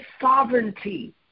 sovereignty